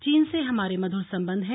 चीन से हमारे मधुर संबंध है